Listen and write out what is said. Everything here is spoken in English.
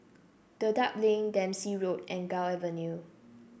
Dedap Link Dempsey Road and Gul Avenue